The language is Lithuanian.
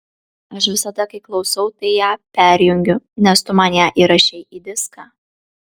aš visada kai klausau tai ją perjungiu nes tu man ją įrašei į diską